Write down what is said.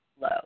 low